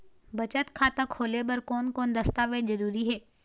बचत खाता खोले बर कोन कोन दस्तावेज जरूरी हे?